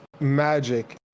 Magic